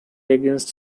against